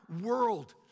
world